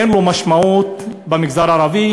אין לו משמעות במגזר הערבי,